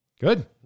Good